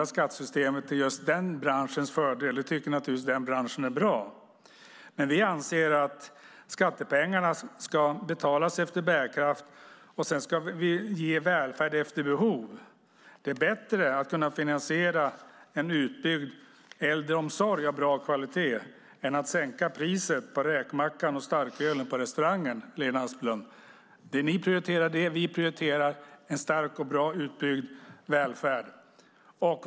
Att skattesystemet ändras till just den här branschens fördel tycker man i branschen givetvis är bra. Vi anser att skatt ska betalas efter bärkraft och att välfärd ska ges efter behov. Det är bättre att kunna finansiera en utbyggd äldreomsorg av bra kvalitet än att sänka priset på räkmackan och starkölen på restaurangen, Lena Asplund! Det är vad ni prioriterar. Vi prioriterar en stark och väl utbyggd välfärd.